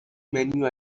menu